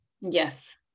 yes